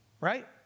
right